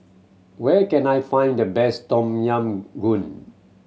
where can I find the best Tom Yam Goong